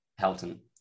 Helton